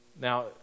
Now